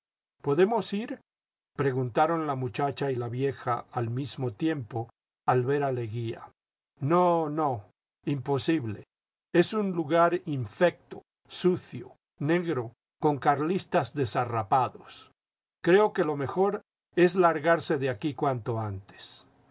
podemos ir preguntaron la m uchacha y la vieja al mismo tiempo al ver a leguía no no imposible es un lugar infecto sucio negro con carlistas desarrapados creo que lo mejor es largarse de aquí cuanto antes